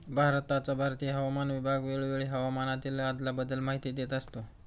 भारताचा भारतीय हवामान विभाग वेळोवेळी हवामानातील बदलाबद्दल माहिती देत असतो